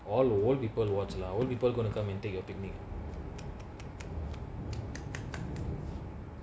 all all people watch lah all people gone a coming with there picnic